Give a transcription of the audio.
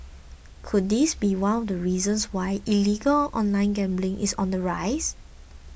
could this be one of the reasons why illegal online gambling is on the rise